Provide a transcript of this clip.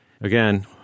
Again